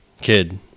kid